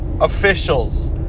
officials